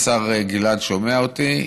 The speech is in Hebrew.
השר גלעד שומע אותי,